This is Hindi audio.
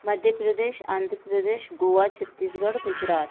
मध्य प्रदेश आन्ध्र प्रदेश गोआ छत्तीसगढ़ गुजरात